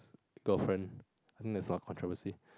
girlfriend I think there's a controversy